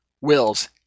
wills